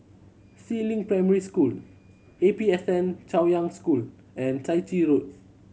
Si Ling Primary School A P S N Chaoyang School and Chai Chee Road